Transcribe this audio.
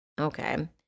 Okay